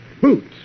Boots